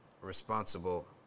responsible